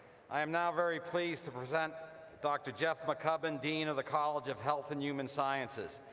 i am now very pleased to present dr. jeff mccubbin, dean of the college of health and human sciences.